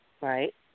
right